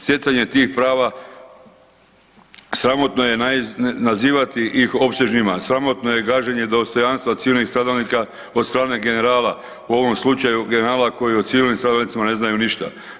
Stjecanje tih prava sramotno je nazivati ih opsežnima, sramotno gaženje dostojanstva civilnih stradalnika od strane generala u ovom slučaju generala koji o civilnim stradalnicima ne znaju ništa.